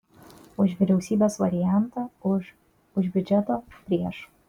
už vyriausybės variantą už už biudžeto prieš